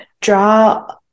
draw